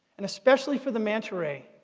and especially for the manta ray,